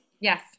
Yes